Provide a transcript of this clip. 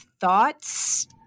Thoughts